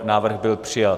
Návrh byl přijat.